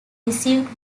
received